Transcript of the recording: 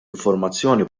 informazzjoni